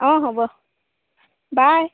অঁ হ'ব বাই